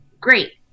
great